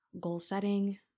goal-setting